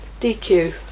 DQ